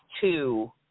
two